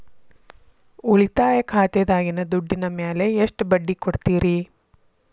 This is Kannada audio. ಉಳಿತಾಯ ಖಾತೆದಾಗಿನ ದುಡ್ಡಿನ ಮ್ಯಾಲೆ ಎಷ್ಟ ಬಡ್ಡಿ ಕೊಡ್ತಿರಿ?